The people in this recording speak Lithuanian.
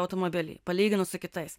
automobilį palyginus su kitais